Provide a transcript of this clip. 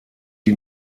die